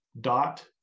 dot